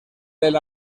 del